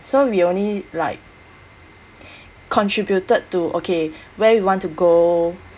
so we only like contributed to okay where we want to go